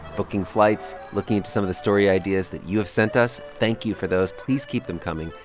booking flights, looking into some of the story ideas that you have sent us. thank you for those. please keep them coming.